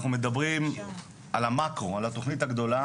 אנחנו מדברים על המאקרו, על התוכנית הגדולה